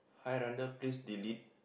hi Randall please delete